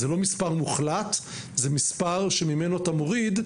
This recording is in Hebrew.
זה לא מספר מוחלט, זה מספר שממנו אתה מוריד.